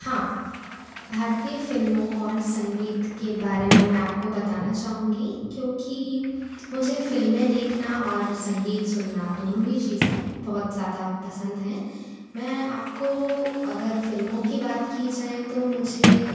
हाँ भारतीय फ़िल्मों और संगीत के बारे में मैं आपको बताना चाहूँगी क्योंकि मुझे फ़िल्में देखना और संगीत सुनना दोनों ही चीज़ें बहुत ज़्यादा पसंद हैं मैं आपको अगर फ़िल्मों की बात की जाय तो मुझे